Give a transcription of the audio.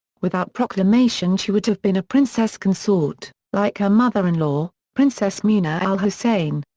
without proclamation she would have been a princess consort, like her mother-in-law, princess muna al-hussein.